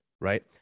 Right